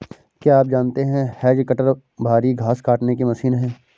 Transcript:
क्या आप जानते है हैज कटर भारी घांस काटने की मशीन है